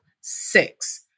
six